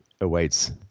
awaits